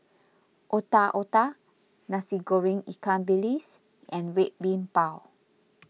Otak Otak Nasi Goreng Ikan Bilis and Red Bean Bao